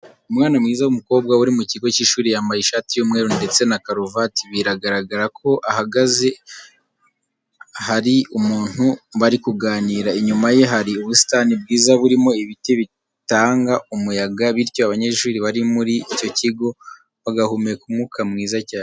Umwana mwiza w'umukobwa uri mu kigo cy'ishuri yambaye ishati y'umweru ndetse na karuvati, biragaragara ko ahagaze hari umuntu bari kuganira. Inyuma ye hari ubusitani bwiza burimo ibiti bitanga umuyaga bityo abanyeshuri bari muri icyo kigo bagahumeka umwuka mwiza cyane.